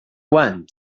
want